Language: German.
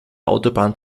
autobahn